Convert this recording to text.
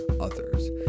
others